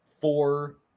four